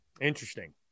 Interesting